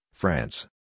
France